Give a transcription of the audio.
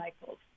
cycles